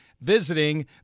visiting